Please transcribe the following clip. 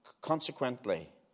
consequently